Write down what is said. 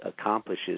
accomplishes